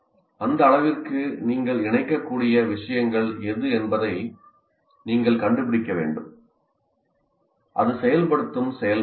அந்த அளவிற்கு நீங்கள் இணைக்கக்கூடிய விஷயங்கள் எது என்பதை நீங்கள் கண்டுபிடிக்க வேண்டும் அது செயல்படுத்தும் செயல்முறையாகும்